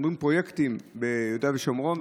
אנחנו אומרים "פרויקטים ביהודה ושומרון"